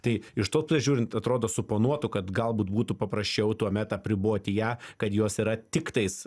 tai iš to žiūrint atrodo suponuotų kad galbūt būtų paprasčiau tuomet apriboti ją kad jos yra tik tais